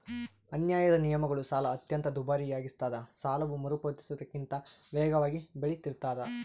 ಅನ್ಯಾಯದ ನಿಯಮಗಳು ಸಾಲ ಅತ್ಯಂತ ದುಬಾರಿಯಾಗಿಸ್ತದ ಸಾಲವು ಮರುಪಾವತಿಸುವುದಕ್ಕಿಂತ ವೇಗವಾಗಿ ಬೆಳಿತಿರ್ತಾದ